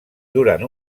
durant